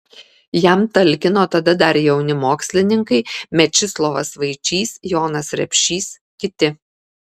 jam talkino tada dar jauni mokslininkai mečislovas vaičys jonas repšys kiti